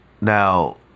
Now